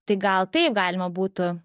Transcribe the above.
tai gal taip galima būtų